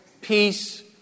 peace